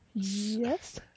yes